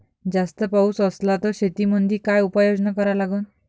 जास्त पाऊस असला त शेतीमंदी काय उपाययोजना करा लागन?